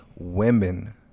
Women